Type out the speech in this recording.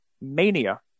mania